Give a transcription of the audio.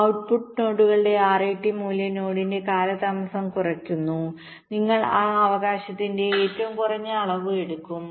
ഔ ട്ട്പുട്ട് നോഡുകളുടെ RAT മൂല്യം നോഡിന്റെ കാലതാമസം കുറയ്ക്കുന്നു നിങ്ങൾ ആ അവകാശത്തിന്റെ ഏറ്റവും കുറഞ്ഞ അളവ് എടുക്കും